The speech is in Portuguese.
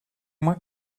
uma